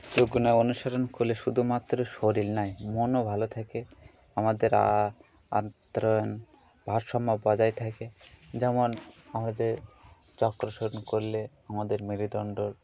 অনুসরণ করলে শুধুমাত্র শরীর নয় মনও ভালো থাকে আমাদের আদ্রয়ণ ভারসাম্য বজায় থাকে যেমন আমাদের চক্রসরণ করলে আমাদের মেরুদন্ড